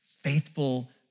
faithful